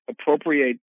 appropriate